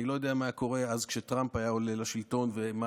אני לא יודע מה היה קורה אז כשטראמפ היה עולה לשלטון ומה